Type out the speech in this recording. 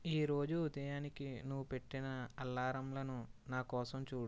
ఈ రోజు ఉదయానికి నువ్వు పెట్టిన అలారంలను నాకోసం చూడు